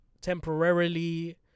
temporarily